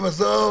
עזוב,